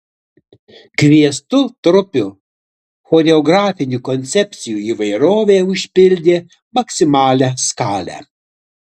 kviestų trupių choreografinių koncepcijų įvairovė užpildė maksimalią skalę